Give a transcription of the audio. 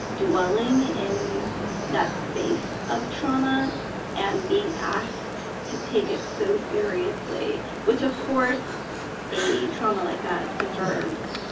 dwelling in that space of trauma and being asked to take it so seriously which of course a trauma like that deserves.